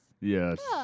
Yes